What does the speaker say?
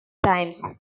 times